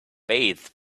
bathed